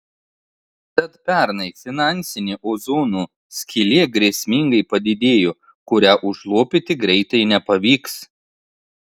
tad pernai finansinė ozono skylė grėsmingai padidėjo kurią užlopyti greitai nepavyks